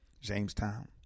Jamestown